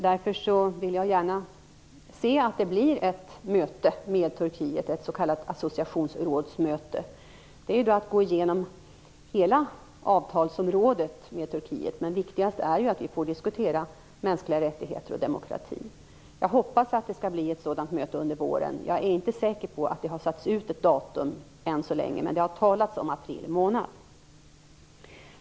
Därför vill jag gärna se att ett s.k. associationsrådsmöte med Turkiet blir av. Det innebär att man går igenom hela avtalsområdet med Turkiet, men viktigast är att vi får diskutera mänskliga rättigheter och demokrati. Jag hoppas att det skall bli ett sådant möte under våren. Jag är inte säker på om något datum har fastställts, men det har talats om april månad.